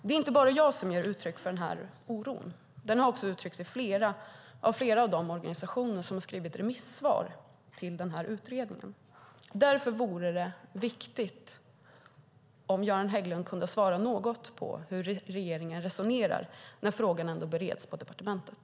Det är inte bara jag som ger uttryck för den här oron. Den har uttryckts av flera av de organisationer som har skrivit remissvar till den här utredningen. Därför vore det betydelsefullt om Göran Hägglund kunde svara något på hur regeringen resonerar när frågan ändå bereds på departementet.